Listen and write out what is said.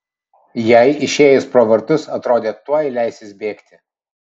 jai išėjus pro vartus atrodė tuoj leisis bėgti